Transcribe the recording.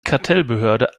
kartellbehörde